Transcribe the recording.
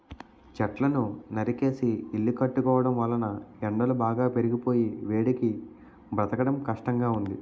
చెట్లను నరికేసి ఇల్లు కట్టుకోవడం వలన ఎండలు బాగా పెరిగిపోయి వేడికి బ్రతకడం కష్టంగా ఉంది